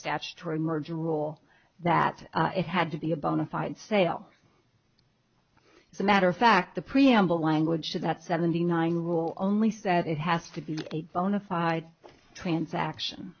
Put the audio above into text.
statutory merge rule that it had to be a bona fide sale as a matter of fact the preamble language to that seventy nine rule only said it has to be a bona fide transaction